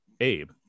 Abe